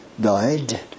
died